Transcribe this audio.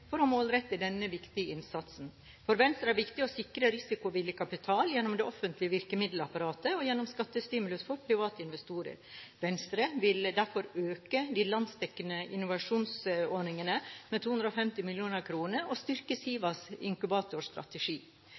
for å målrette denne viktige innsatsen. For Venstre er det viktig å sikre risikovillig kapital gjennom det offentlige virkemiddelapparatet og gjennom skattestimulans for private investorer. Venstre vil derfor øke de landsdekkende innovasjonsordningene med 250 mill. kr og styrke SIVAs inkubatorstrategi.